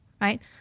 right